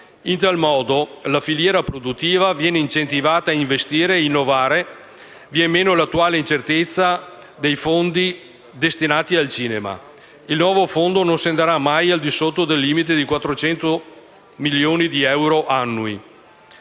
In tal modo la filiera produttiva viene incentivata a investire e innovare e vien meno l'attuale incertezza sui fondi destinati al cinema. Il nuovo Fondo non scenderà mai sotto il limite di 400 milioni di euro annui.